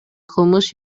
кылмыш